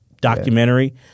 documentary